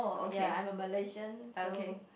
ya I am a Malaysian so